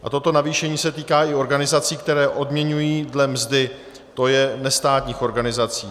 Toto navýšení se týká i organizací, které odměňují dle mzdy, tj. nestátních organizací.